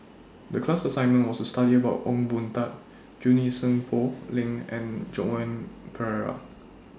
The class assignment was to study about Ong Boon Tat Junie Sng Poh Leng and Joan Pereira